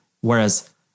Whereas